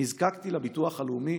נזקקתי לביטוח הלאומי,